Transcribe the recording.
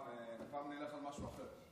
הפעם נלך על משהו אחר.